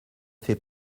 fait